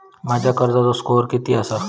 माझ्या कर्जाचो स्कोअर किती आसा?